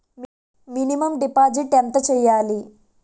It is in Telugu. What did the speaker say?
మినిమం డిపాజిట్ ఎంత చెయ్యాలి?